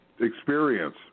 experience